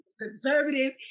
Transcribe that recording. conservative